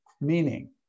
meaning